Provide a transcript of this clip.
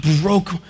broke